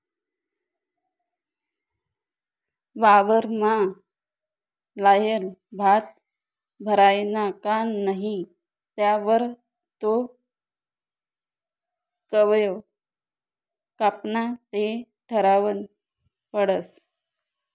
वावरमा लायेल भात भरायना का नही त्यावर तो कवय कापाना ते ठरावनं पडस